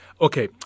Okay